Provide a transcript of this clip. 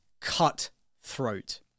cutthroat